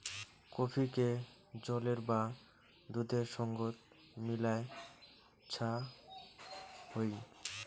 কফিকে জলের বা দুধের সঙ্গত মিলায় ছা হই